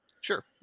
Sure